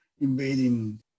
invading